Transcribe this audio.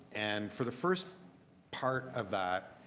and for the first part of that,